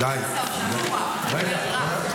אתה צבוע ורע.